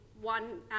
one